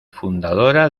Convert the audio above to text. fundadora